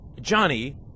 Johnny